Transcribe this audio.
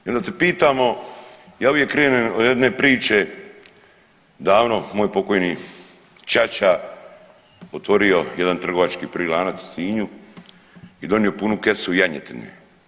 I onda se pitamo ja uvijek krenem od jedne priče davno moj pokojni ćaća otvorio jedan trgovački lanac u Sinju i donio punu kesu janjetine.